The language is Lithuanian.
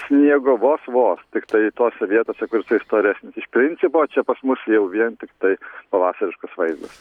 sniego vos vos tiktai tose vietose kur jisai storesnis iš principo čia pas mus jau vien tiktai pavasariškas vaizdas